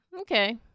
Okay